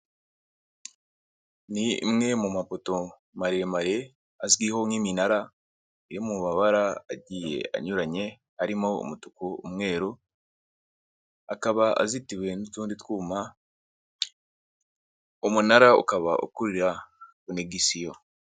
Ni imwe mu mapoto maremare azwiho nk'iminara yo mu mabara agiye anyuranye, arimo umutuku, umweru, akaba azitiwe n'utundi twuma, umunara ukaba ukurura konegisiyo.